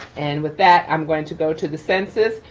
and with that, i'm going to go to the census.